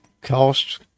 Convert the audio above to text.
cost